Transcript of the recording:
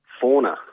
fauna